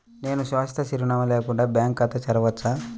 నేను శాశ్వత చిరునామా లేకుండా బ్యాంక్ ఖాతా తెరవచ్చా?